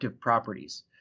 properties